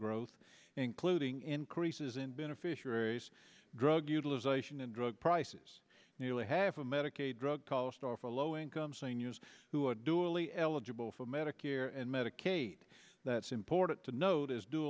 growth including increases in beneficiaries drug utilization and drug prices nearly half a medicaid drug cost are for low income seniors who are dualie eligible for medicare and medicaid that's important to not